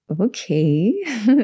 okay